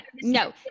no